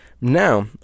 Now